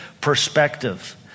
perspective